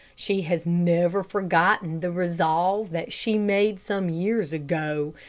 she has never forgotten the resolve that she made some years ago,